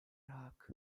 hak